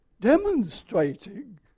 demonstrating